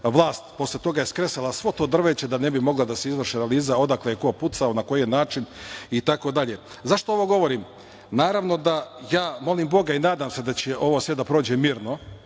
vlast je posle toga skresala svo to drveće da ne bi mogla da se izvrši analiza odakle je ko pucao, na koji način, itd.Zašto ovo govorim? Naravno da ja molim boga i nadam se da će ovo sve da prođe mirno,